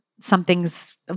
something's